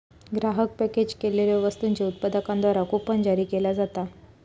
ग्राहक पॅकेज केलेल्यो वस्तूंच्यो उत्पादकांद्वारा कूपन जारी केला जाता